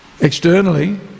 externally